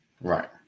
Right